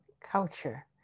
culture